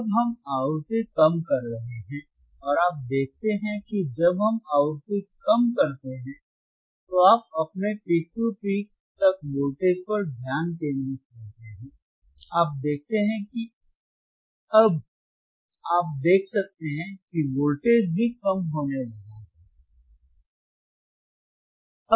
अब हम आवृत्ति कम कर रहे हैं और आप देखते हैं कि जब हम आवृत्ति कम करते हैं तो आप अपने पीक टू पीक तक वोल्टेज पर ध्यान केंद्रित करते हैं आप देखते हैं कि अब आप देख सकते हैं कि वोल्टेज भी कम होने लगा है